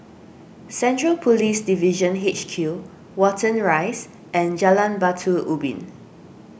Central Police Division H Q Watten Rise and Jalan Batu Ubin